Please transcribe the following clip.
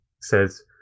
says